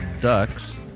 ducks